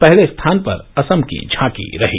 पहले स्थान पर असम की झांकी रही